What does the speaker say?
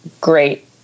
great